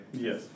Yes